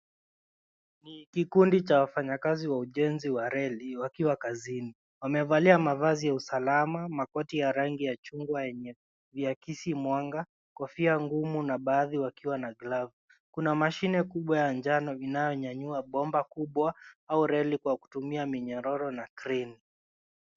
Ni kikundi cha wafanyakazi wa ujenzi wa reli wakiwa kazini. Wamevalia mavazi ya usalama, makoti ya rangi ya chungwa yenye viakisi mwanga, kofia ngumu na baadhi wakiwa na glavu. Kuna mashine kubwa ya njano inanyanyua bomba kubwa au reli kwa kutumia minyororo na kreini .